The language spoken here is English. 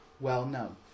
well-known